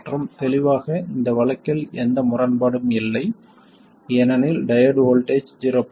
மற்றும் தெளிவாக இந்த வழக்கில் எந்த முரண்பாடும் இல்லை ஏனெனில் டையோடு வோல்ட்டேஜ் 0